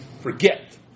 forget